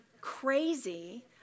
crazy